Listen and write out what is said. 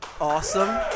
Awesome